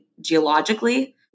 geologically